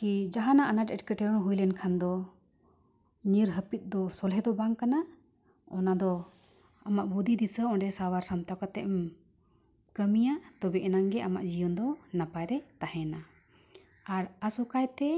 ᱠᱤ ᱡᱟᱦᱟᱱᱟᱜ ᱟᱱᱟᱴ ᱮᱴᱠᱮᱴᱚᱬᱮ ᱦᱩᱭ ᱞᱮᱱᱠᱷᱟᱱ ᱫᱚ ᱧᱤᱨ ᱦᱟᱹᱯᱤᱫ ᱫᱚ ᱥᱚᱞᱦᱮ ᱫᱚ ᱵᱟᱝ ᱠᱟᱱᱟ ᱚᱱᱟ ᱫᱚ ᱟᱢᱟᱜ ᱵᱩᱫᱷᱤ ᱫᱤᱥᱟᱹ ᱚᱸᱰᱮ ᱥᱟᱶᱟᱨ ᱥᱟᱢᱴᱟᱣ ᱠᱟᱛᱮ ᱠᱟᱹᱢᱤᱭᱟ ᱛᱚᱵᱮ ᱮᱱᱟᱝᱜᱮ ᱟᱢᱟᱜ ᱡᱤᱭᱚᱱ ᱫᱚ ᱱᱟᱯᱟᱭ ᱨᱮ ᱛᱟᱦᱮᱱᱟ ᱟᱨ ᱟᱥᱚᱠᱟᱭᱛᱮ